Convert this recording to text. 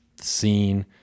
scene